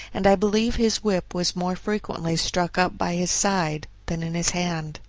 and i believe his whip was more frequently stuck up by his side than in his hand.